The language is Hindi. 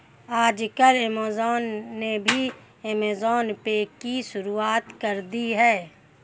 आजकल ऐमज़ान ने भी ऐमज़ान पे की शुरूआत कर दी है